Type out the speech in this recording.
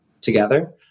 together